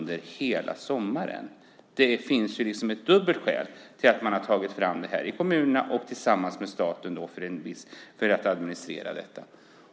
Det finns liksom dubbla skäl till att man tagit fram den här möjligheten i kommunerna, tillsammans med staten, för att administrera detta.